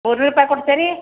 ಮೂರು ನೂರು ರೂಪಾಯಿ ಕೊಡ್ತೀರಿ